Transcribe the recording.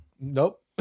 Nope